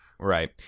Right